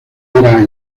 era